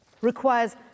requires